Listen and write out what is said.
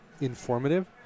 informative